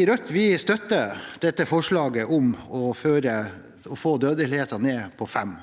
i Rødt støtter dette forslaget om å få dødeligheten ned på 5